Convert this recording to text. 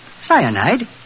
Cyanide